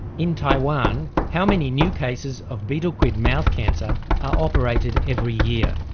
in taiwan how many new cases of betel quid mouth cancer are operated every year?